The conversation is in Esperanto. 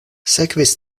sekvis